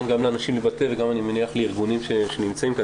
גם לאנשים וגם לארגונים שנמצאים כאן,